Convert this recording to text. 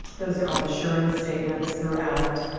those are all assurance statements throughout.